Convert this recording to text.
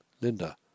Linda